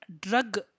Drug